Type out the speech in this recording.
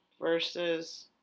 versus